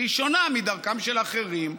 שהיא שונה מדרכם של אחרים.